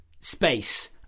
space